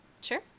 Sure